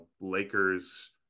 Lakers